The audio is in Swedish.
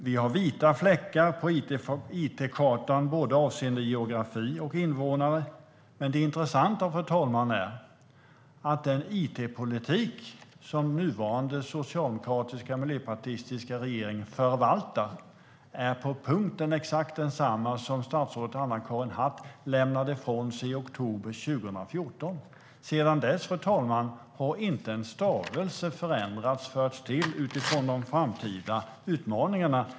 Vi har vita fläckar på it-kartan både avseende geografi och invånare, men det intressanta är att den it-politik som nuvarande socialdemokratiska och miljöpartistiska regering förvaltar är exakt densamma som den som tidigare statsrådet Anna-Karin Hatt lämnade ifrån sig i oktober 2014. Sedan dess, fru talman, har inte en stavelse förändrats eller förts till utifrån de framtida utmaningarna.